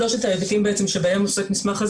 שלושת ההיבטים שבהם עוסק המסמך,